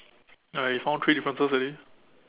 alright you found three differences already